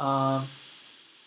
uh